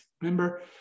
Remember